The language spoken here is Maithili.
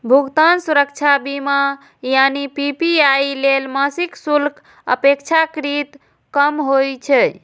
भुगतान सुरक्षा बीमा यानी पी.पी.आई लेल मासिक शुल्क अपेक्षाकृत कम होइ छै